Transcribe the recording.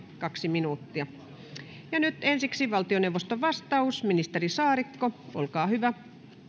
kaksi minuuttia nyt ensiksi valtioneuvoston vastaus ministeri saarikko olkaa hyvä